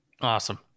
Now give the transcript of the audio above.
Awesome